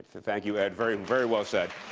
thank you ed. very very well said.